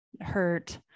hurt